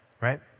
right